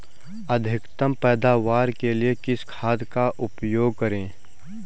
अधिकतम पैदावार के लिए किस खाद का उपयोग करें?